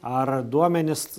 ar duomenis